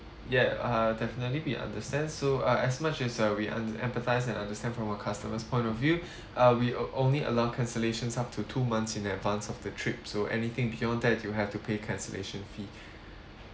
yeah uh definitely we understand so uh as much as uh we un~ empathise and understand from our customers' point of view uh we uh only allow cancellations up to two months in advance of the trip so anything beyond that you have to pay cancellation fee